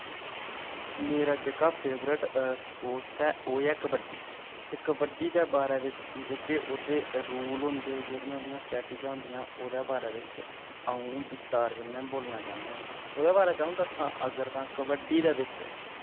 मेरा जेह्का favourite sports ऐ ओ ऐ कबड्डी ते कबड्डी दे बारे बिच जेह्के ओह्दे रूल होंदे जेह्ड़ियां उंदियां स्ट्रेटेजियां होन्दियां ओह्दे बारे बिच अ'ऊं विस्तार कन्नै बोलना चाहन्नां ओह्दे बारे च अ'ऊं दस्सां अगर तां कबड्डी दे बिच